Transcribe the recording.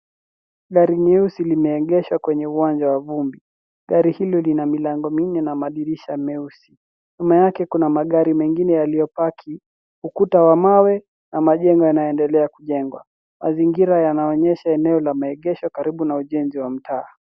Gari nyeusi limeegeshwa kwenye uwanja wa vumbi. Gari hilo lina milango minne na madirisha meusi. Nyuma yake kuna magari mengine yaliyopaki, ukuta wa mawe na majengo yanaendelea kujengwa. Mazingira yanaonyesha eneo la maegesho karibu na ujenzi wa mtaa.